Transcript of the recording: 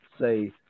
say